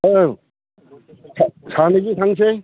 औ सानैजों थांनोसै